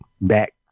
back